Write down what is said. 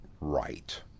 Right